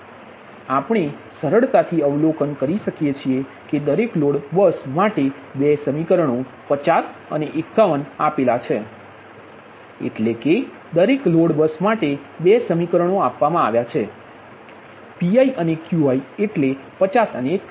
તેથી આપણે સરળતાથી અવલોકન કરી શકીએ છીએ કે દરેક લોડ બસ માટે 2 સમીકરણો 50 અને 51 દ્વારા આપવામાં આવે છે એટલે કે દરેક લોડ બસ માટે 2 સમીકરણો આપવામાં આવ્યા છે Pi અને Qiએટલે 50 અને 51